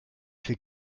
für